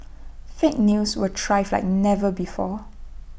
fake news will thrive like never before